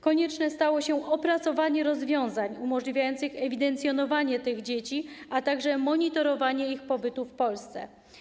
Konieczne stało się opracowanie rozwiązań umożliwiających ewidencjonowanie tych dzieci, a także monitorowanie ich pobytu w Polsce.